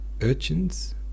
urchins